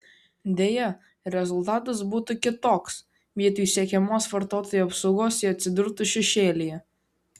deja rezultatas būtų kitoks vietoj siekiamos vartotojų apsaugos jie atsidurtų šešėlyje